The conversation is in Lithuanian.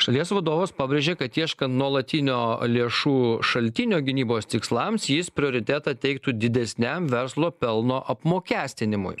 šalies vadovas pabrėžė kad ieškant nuolatinio lėšų šaltinio gynybos tikslams jis prioritetą teiktų didesniam verslo pelno apmokestinimui